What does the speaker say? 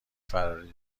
فراری